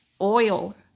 oil